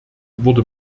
wurde